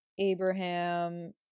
Abraham